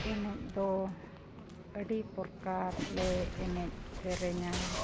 ᱮᱱᱮᱡ ᱫᱚ ᱟᱹᱰᱤ ᱯᱨᱚᱠᱟᱨ ᱞᱮ ᱮᱱᱮᱡ ᱥᱮᱨᱮᱧᱟ